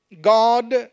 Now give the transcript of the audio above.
God